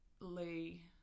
lee